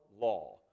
law